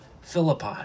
Philippi